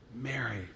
Mary